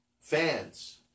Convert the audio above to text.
Fans